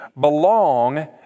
belong